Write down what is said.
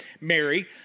Mary